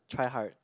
try hard